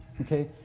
okay